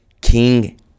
king